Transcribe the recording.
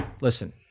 listen